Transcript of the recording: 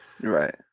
Right